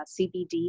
CBD